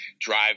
drive